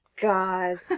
God